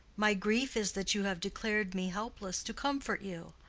my grief is that you have declared me helpless to comfort you.